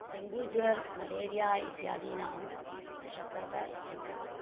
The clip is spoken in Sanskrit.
डेङ्गूज्वरः मलेरिया इत्यादीनां मशकः जनरोगः